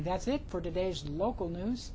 that's it for today's local news